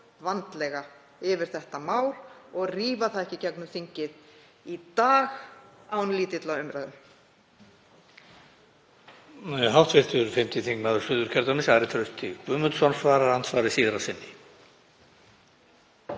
vandlega yfir þetta mál og rífa það ekki í gegnum þingið í dag með lítilli umræðu.